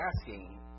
asking